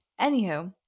Anywho